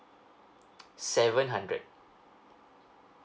seven hundred